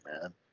man